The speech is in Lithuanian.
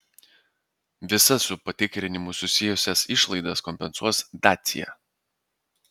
visas su patikrinimu susijusias išlaidas kompensuos dacia